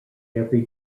every